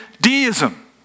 deism